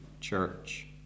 church